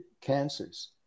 cancers